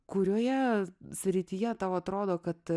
kurioje srityje tau atrodo kad